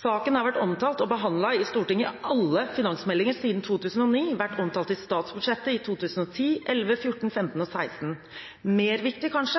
Saken har vært omtalt og behandlet i Stortinget i alle finansmeldinger siden 2009 og i statsbudsjettet i 2010, 2011, 2014, 2015 og 2016. Det er kanskje mer viktig at